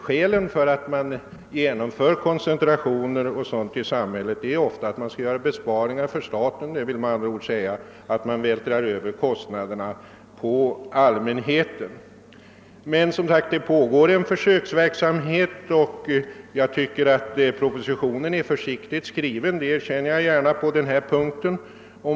Skälen för att genomföra koncentrationer och dylikt i samhället är ju att staten skall göra besparingar, det vill med andra ord säga att kostnaderna i stället ofta vältras över på allmänheten. Nu pågår det ju försöksverksamhet med koncentration av inskrivningsväsendet.